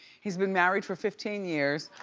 he's been married for fifteen years.